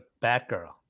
Batgirl